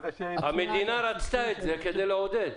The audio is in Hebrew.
המדינה רצתה את זה כדי לעודד.